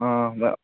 ꯑꯪ